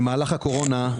במהלך הקורונה,